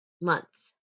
months